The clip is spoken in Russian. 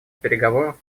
переговоров